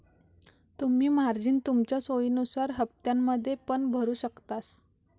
तुम्ही मार्जिन तुमच्या सोयीनुसार हप्त्त्यांमध्ये पण भरु शकतास